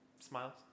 smiles